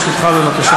תעזבי, חבר הכנסת לוי.